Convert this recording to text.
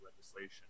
legislation